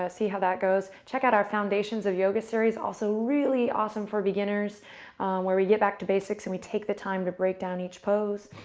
ah see how that goes. check out our foundations of yoga series, also really awesome for beginners where we get back to basics and we take the time to breakdown each pose.